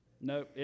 No